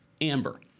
Amber